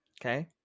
Okay